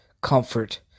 comfort